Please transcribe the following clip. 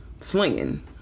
slinging